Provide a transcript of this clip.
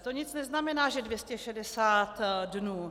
To nic neznamená, že 260 dnů.